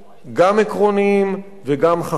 גם עקרוניים, וגם חכמים.